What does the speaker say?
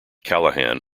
callahan